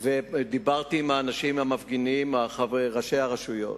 ודיברתי עם האנשים המפגינים, ראשי הרשויות.